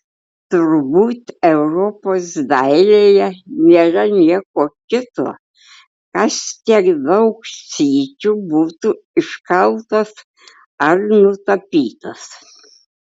turbūt europos dailėje nėra nieko kito kas tiek daug sykių būtų iškaltas ar nutapytas